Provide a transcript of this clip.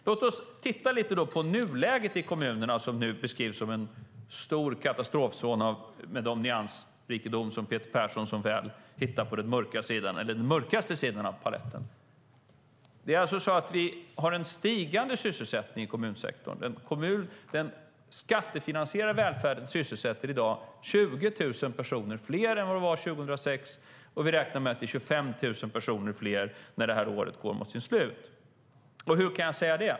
Låt oss titta lite på nuläget i kommunerna, som nu beskrivs som en stor katastrofzon med den nyansrikedom som Peter Persson så väl hittar på den mörkaste sidan av paletten. Vi har en stigande sysselsättning i kommunsektorn. Den skattefinansierade välfärden sysselsätter i dag 20 000 personer fler än 2006, och vi räknar med att det är 25 000 personer fler när detta år går mot sitt slut. Hur kan jag då säga det?